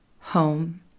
home